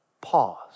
pause